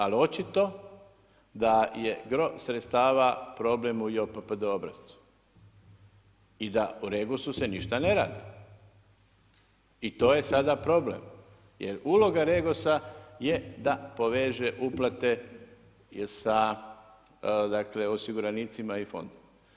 Ali očito da je gro sredstava problem u JOPPD-u obrascu i da u Regosu se ništa ne radi i to je sada problem. jer uloga Regosa je da poveže uplate sa osiguranicima i fondom.